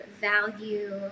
value